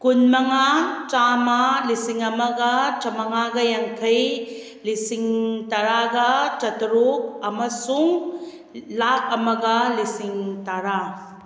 ꯀꯨꯟ ꯃꯉꯥ ꯆꯥꯃ ꯂꯤꯁꯤꯡ ꯑꯃꯒ ꯆꯃꯉꯥꯒ ꯌꯥꯡꯈꯩ ꯂꯤꯁꯤꯡ ꯇꯔꯥꯒ ꯆꯥꯇꯔꯨꯛ ꯑꯃꯁꯨꯡ ꯂꯥꯛ ꯑꯃꯒ ꯂꯤꯁꯤꯡ ꯇꯔꯥ